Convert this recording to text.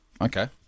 Okay